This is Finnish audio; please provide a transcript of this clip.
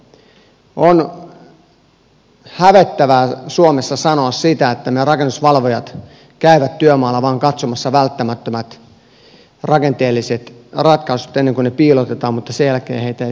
on hävettävää suomessa sanoa sitä että nämä rakennusvalvojat käyvät työmaalla vain katsomassa välttämättömät rakenteelliset ratkaisut ennen kuin ne piilotetaan mutta sen jälkeen heitä ei siellä näy